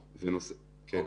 תודה.